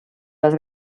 les